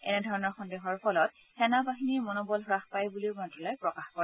এনেধৰণৰ সন্দেহৰ ফলত সেনা বাহিনীৰ মনোবল হ্ৰাস পায় বুলিও মন্ত্যালয়ে প্ৰকাশ কৰে